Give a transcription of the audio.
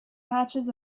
patches